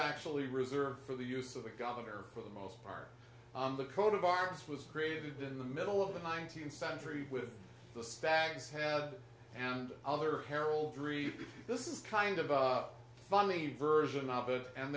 actually reserved for the use of a governor for the most part the coat of arms was created in the middle of the nineteenth century with the stag's head and other heraldry this is kind of funny version of it and